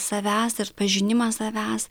savęs pažinimas savęs